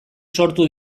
sortu